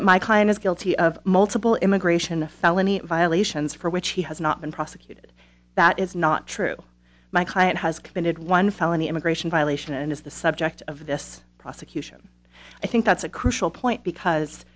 that my client is guilty of multiple immigration a felony violations for which he has not been prosecuted that is not true my client has committed one felony immigration violation and is the subject of this prosecution i think that's a crucial point because